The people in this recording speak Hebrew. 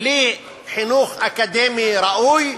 בלי חינוך אקדמי ראוי,